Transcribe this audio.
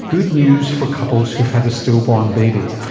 good news for couples who have had a stillborn baby.